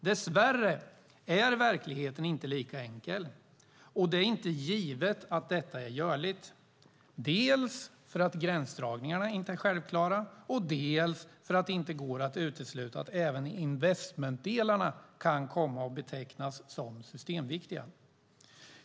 Dessvärre är verkligheten inte lika enkel, och det är inte givet att detta är görligt, dels för att gränsdragningarna inte är självklara, dels för att det inte går att utesluta att även investmentdelarna kan komma att betecknas som systemviktiga.